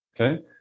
Okay